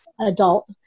adult